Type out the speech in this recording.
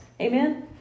Amen